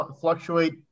fluctuate